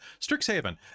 Strixhaven